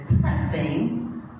pressing